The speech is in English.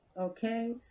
okay